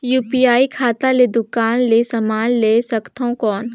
UPI खाता ले दुकान ले समान ले सकथन कौन?